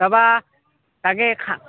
তাৰপৰা তাকে খানা